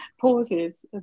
pauses